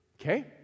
Okay